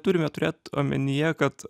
turime turėt omenyje kad